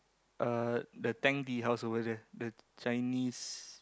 uh the Tang-Tea-House over there the Chinese